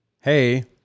hey